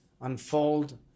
unfold